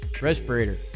respirator